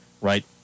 right